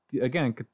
Again